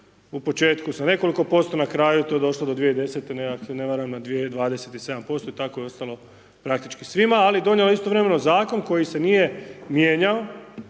u početku sa nekoliko posto, na kraju je to došlo do 2010. ako se ne varam na dvije 27% i tako je ostalo praktički svima ali donijelo je istovremeno zakon koji se nije mijenjao